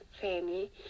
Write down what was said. family